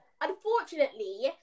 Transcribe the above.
unfortunately